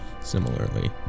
similarly